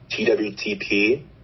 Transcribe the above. TWTP